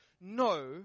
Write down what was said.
No